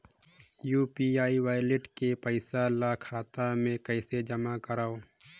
UPI wallet के पईसा ल खाता मे कइसे जमा करव?